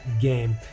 game